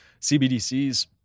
CBDCs